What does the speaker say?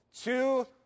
two